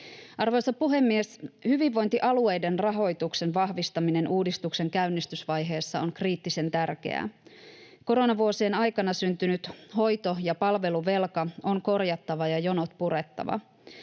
Arvoisa puhemies! Hyvinvointialueiden rahoituksen vahvistaminen uudistuksen käynnistysvaiheessa on kriittisen tärkeää. Koronavuosien aikana syntynyt hoito- ja palveluvelka on korjattava ja jonot purettava,